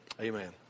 amen